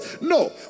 No